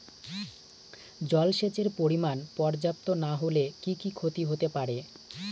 জলসেচের পরিমাণ পর্যাপ্ত না হলে কি কি ক্ষতি হতে পারে?